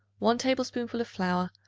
one tablespoonful of flour,